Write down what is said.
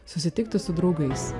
susitikti su draugais